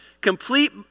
complete